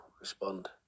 respond